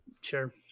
Sure